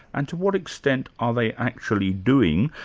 and to what extent are they actually doing,